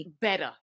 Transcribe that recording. better